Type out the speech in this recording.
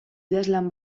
idazlan